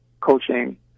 coaching